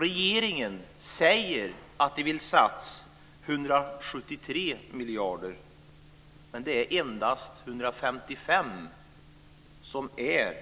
Regeringen säger att den vill satsa 173 miljarder, men det är endast 155 som är